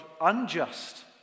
unjust